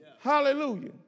Hallelujah